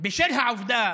בשל העובדה